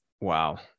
Wow